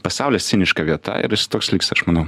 pasaulis ciniška vieta ir jis toks liks aš manau